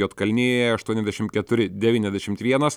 juodkalnijoje aštuoniasdešimt keturi devyniasdešimt vienas